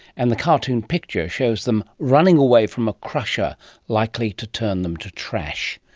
and the cartoon picture shows them running away from a crusher likely to turn them to trash.